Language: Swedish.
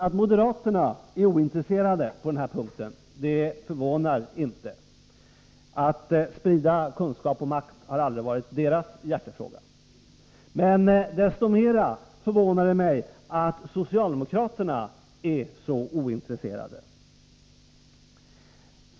Att moderaterna är ointresserade på den här punkten förvånar inte; att sprida kunskap och makt har aldrig varit deras hjärtefråga. Men desto mera förvånar det mig att socialdemokraterna är så ointresserade.